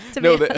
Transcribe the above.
No